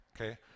Okay